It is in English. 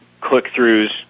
click-throughs